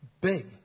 big